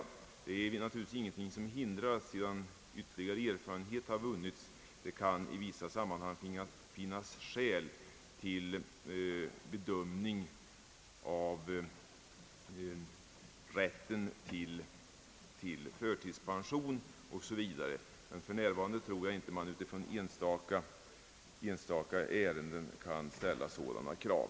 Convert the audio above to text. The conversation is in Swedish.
Det är naturligtvis ingenting som hindrar att, sedan ytterligare erfarenhet vunnits, det i vissa sammanhang kan finnas skäl till bedömning av rätten till förtidspension m.m. För närvarande tror jag dock inte att man utifrån enstaka ärenden kan ställa sådana krav.